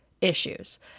issues